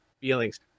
feelings